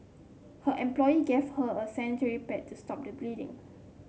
her employee gave her a sanitary pad to stop the bleeding